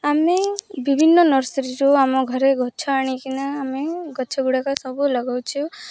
ଆମେ ବିଭିନ୍ନ ନର୍ସରୀରୁ ଆମ ଘରେ ଗଛ ଆଣିକିନା ଆମେ ଗଛ ଗୁଡ଼ାକ ସବୁ ଲଗଉଛୁ